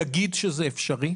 יגיד שזה אפשרי.